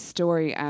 Story